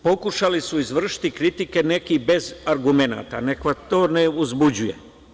Pokušali su izvršiti kritike neki bez argumenata, neka vas to ne uzbuđuje.